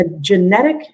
genetic